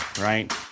right